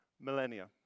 millennia